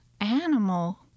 animal